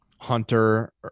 hunter